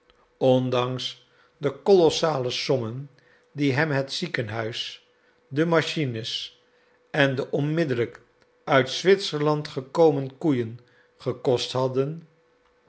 ondanks de kolossale sommen die hem het ziekenhuis de machines en de onmiddellijk uit zwitserland gekomen koeien gekost hadden